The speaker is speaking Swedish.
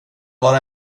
vara